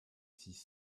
six